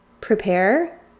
prepare